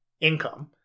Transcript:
income